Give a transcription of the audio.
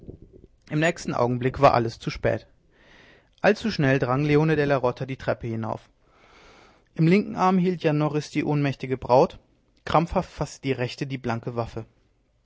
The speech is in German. im nächsten augenblick war alles zu spät allzuschnell drang leone della rota die treppe hinauf im linken arm hielt jan norris die ohnmächtige braut krampfhaft faßte die rechte hand die blanke waffe